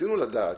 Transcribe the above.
רצינו לדעת,